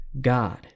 God